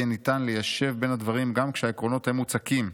יהיה ניתן ליישב בין הדברים גם כשהעקרונות הם מוצקים.